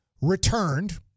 returned